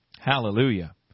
Hallelujah